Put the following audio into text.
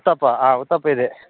ಉತ್ತಪ್ಪ ಹಾಂ ಉತ್ತಪ್ಪ ಇದೆ